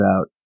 out